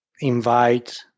invite